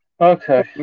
Okay